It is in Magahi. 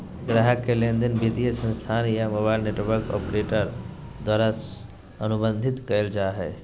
ग्राहक के लेनदेन वित्तीय संस्थान या मोबाइल नेटवर्क ऑपरेटर द्वारा अनुबंधित कइल जा हइ